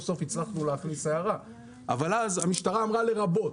סוף הצלחנו להכניס הערה אבל אז המשטרה אמרה "לרבות".